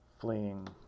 fleeing